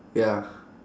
ya